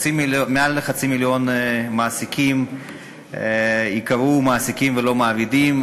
מעל חצי מיליון מעסיקים ייקראו "מעסיקים" ולא "מעבידים".